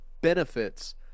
benefits